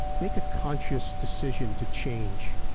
make a conscious decision to change.